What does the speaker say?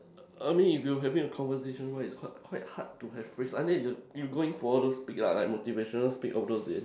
I mean if you having a conversation one is quite quite hard to have phrase unless you you going for all those speak like motivation speak all those in